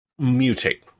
mutate